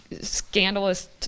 Scandalous